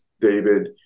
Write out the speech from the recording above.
David